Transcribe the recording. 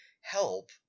help